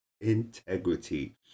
integrity